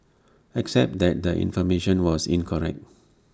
except that the information was incorrect